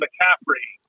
McCaffrey